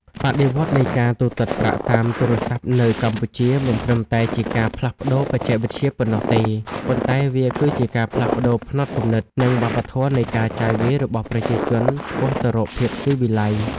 បដិវត្តន៍នៃការទូទាត់ប្រាក់តាមទូរស័ព្ទនៅកម្ពុជា មិនត្រឹមតែជាការផ្លាស់ប្តូរបច្ចេកវិទ្យាប៉ុណ្ណោះទេ ប៉ុន្តែវាគឺជាការផ្លាស់ប្តូរផ្នត់គំនិត និងវប្បធម៌នៃការចាយវាយរបស់ប្រជាជនឆ្ពោះទៅរកភាពស៊ីវិល័យ។